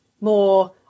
More